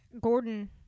Gordon